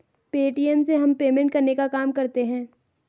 Paytm से हम payment करने का काम करते है